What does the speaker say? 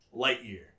Lightyear